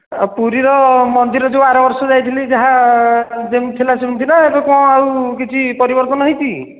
ପୁରୀ ର ମନ୍ଦିର ଯେଉଁ ଆର ବର୍ଷ ଯାଇଥିଲି ଯାହା ଯେମିତି ଥିଲା ସେମିତି ନା ଏବେ କ'ଣ ଆଉ କିଛି ପରିବର୍ତ୍ତନ ହୋଇଛି